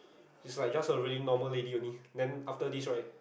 she is like just a really normal lady only then after this right